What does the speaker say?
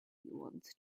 wants